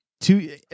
two